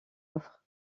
offre